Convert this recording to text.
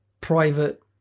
Private